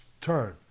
Turn